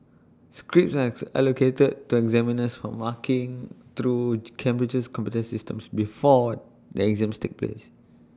scripts as allocated to examiners for marking through Cambridge's computer systems before the exams take place